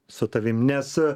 su tavim nes